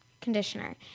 conditioner